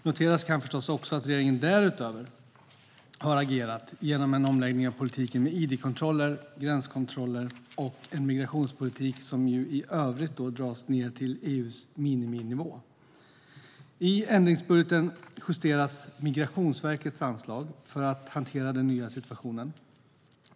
Noteras kan förstås också att regeringen därutöver har agerat genom en omläggning av politiken med idkontroller, gränskontroller och en migrationspolitik som i övrigt dras ned till EU:s miniminivå. I ändringsbudgeten justeras Migrationsverkets anslag för att hantera den nya situationen.